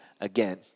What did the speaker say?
again